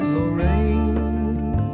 Lorraine